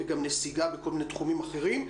יש גם נסיגה בכל מיני תחומים אחרים.